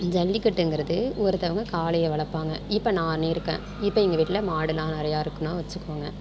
ஜல்லிக்கட்டுங்கிறது ஒருத்தவங்கள் காளைய வளர்ப்பாங்க இப்போ நான் இருக்கேன் இப்போ எங்கள் வீட்டில் மாடுலாம் நிறையா இருக்குதுனா வச்சுக்கோங்க